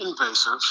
Invasive